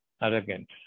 arrogant